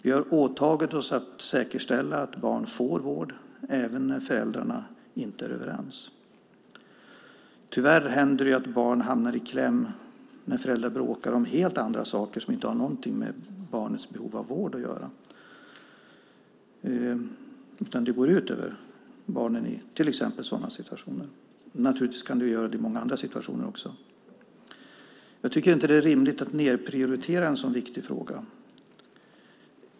Vi har åtagit oss att säkerställa att barn får vård även när föräldrarna inte är överens. Tyvärr händer det att barn hamnar i kläm när föräldrar bråkar om helt andra saker som inte har något med barnets behov av vård att göra. Det går ut över barnen i sådana situationer. Naturligtvis kan det göra det i många andra situationer också. Jag tycker inte att det är rimligt att nedprioritera en så viktig fråga.